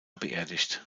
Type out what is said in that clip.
beerdigt